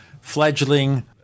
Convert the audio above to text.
fledgling